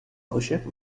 عاشق